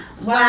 Wow